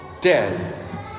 dead